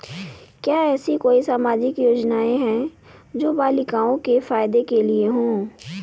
क्या ऐसी कोई सामाजिक योजनाएँ हैं जो बालिकाओं के फ़ायदे के लिए हों?